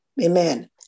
Amen